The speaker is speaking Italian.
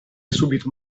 subito